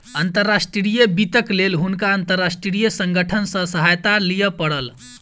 अंतर्राष्ट्रीय वित्तक लेल हुनका अंतर्राष्ट्रीय संगठन सॅ सहायता लिअ पड़ल